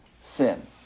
sin